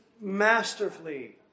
masterfully